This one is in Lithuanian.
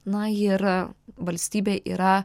na ir valstybė yra